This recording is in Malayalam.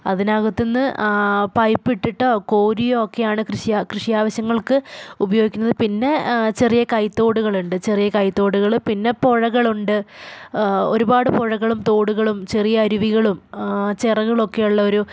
അതിനകത്തുനിന്ന് പൈപ്പിട്ടിട്ടോ കോരിയോ ഒക്കെയാണ് കൃഷിയാവശ്യങ്ങൾക്ക് ഉപയോഗിക്കുന്നത് പിന്നെ ചെറിയ കൈത്തോടുകളുണ്ട് ചെറിയ കൈത്തോടുകൾ പിന്നെ പുഴകളുണ്ട് ഒരുപാട് പുഴകളും തോടുകളും ചെറിയ അരുവികളും ചിറകളൊക്കെ ഉള്ള ഒരു